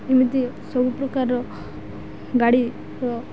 ଏମିତି ସବୁପ୍ରକାରର ଗାଡ଼ିର